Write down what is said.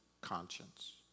conscience